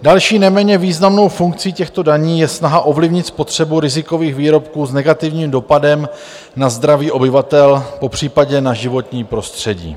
Další neméně významnou funkcí těchto daní je snaha ovlivnit spotřebu rizikových výrobků s negativním dopadem na zdraví obyvatel, popřípadě na životní prostředí.